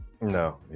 No